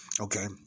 Okay